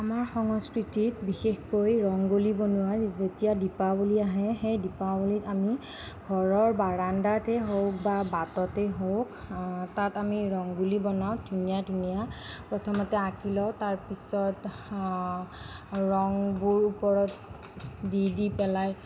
আমাৰ সংস্কৃতিত বিশেষকৈ ৰংগুলী বনোৱা যেতিয়া দীপাৱলী আহে সেই দীপাৱলীত আমি ঘৰৰ বাৰাণ্ডাতে হওক বা বাটতেই হওক তাত আমি ৰংগুলী বনাওঁ ধুনীয়া ধুনীয়া প্ৰথমতে আঁকি লওঁ তাৰ পিছত ৰঙবোৰ ওপৰত দি দি পেলাই